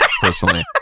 personally